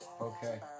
Okay